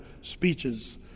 speeches